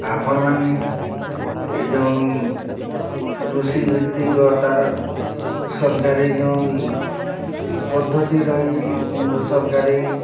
ଆପଣମାନେ ସେ ଯେଉଁ କୃଷି ଭିତ୍ତିକ ତାର ସରକାରୀ ଯେଉଁ ପଦ୍ଧତି ରହିଛି କିମ୍ବା ସରକାରୀ